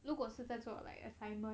如果是在做 like assignment